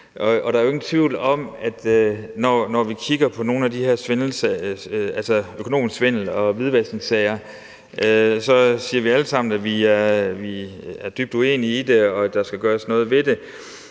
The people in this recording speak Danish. her svindelsager, altså økonomisk svindel og hvidvaskningssager, alle sammen siger, at vi er dybt uenige i det, og at der skal gøres noget ved det,